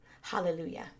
Hallelujah